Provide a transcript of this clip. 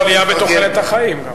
יש עלייה בתוחלת החיים גם.